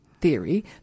theory